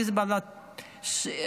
חיזבאללה,